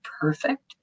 perfect